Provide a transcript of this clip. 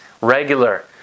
regular